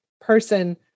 person